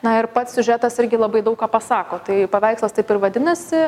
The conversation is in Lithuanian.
na ir pats siužetas irgi labai daug ką pasako tai paveikslas taip ir vadinasi